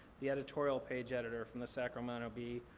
the editorial page editor from the sacramento bee,